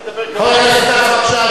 בבקשה,